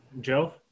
Joe